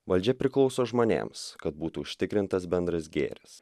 valdžia priklauso žmonėms kad būtų užtikrintas bendras gėris